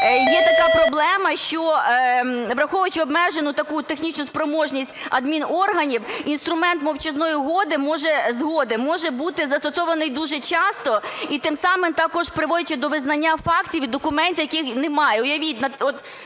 є така проблема, що, враховуючи обмежену таку технічну спроможність адмінорганів, інструмент "мовчазної згоди" може бути застосований дуже часто і тим самим також приводячи до визнання фактів і документів, яких в